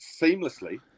seamlessly